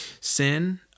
Sin